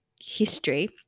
history